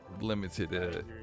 limited